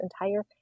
entire